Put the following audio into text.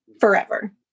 forever